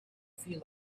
feel